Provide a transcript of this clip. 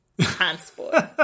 transport